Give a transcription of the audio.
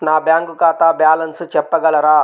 నా బ్యాంక్ ఖాతా బ్యాలెన్స్ చెప్పగలరా?